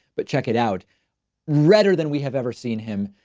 but check it out redder than we have ever seen him.